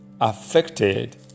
affected